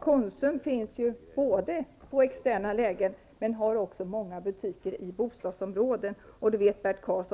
Konsum finns i externa lägen men driver också många butiker i bostadsområden. Det vet Bert Karlsson.